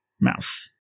mouse